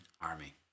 army